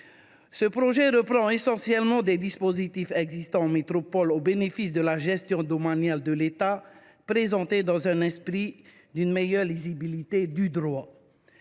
ordonnance reprend essentiellement des dispositifs existant en métropole, au bénéfice de la gestion domaniale de l’État. Son esprit est celui d’une meilleure lisibilité du droit.